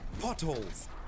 Potholes